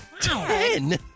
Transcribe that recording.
ten